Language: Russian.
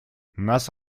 нас